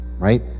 right